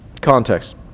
context